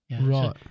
Right